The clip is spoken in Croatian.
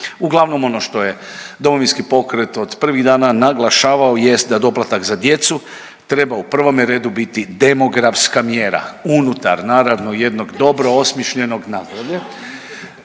Uglavnom ono što je Domovinski pokret od prvih dana naglašavao jest da doplatak za djecu treba u prvome redu biti demografska mjera, unutar naravno jednog dobro osmišljenog, nazdravlje,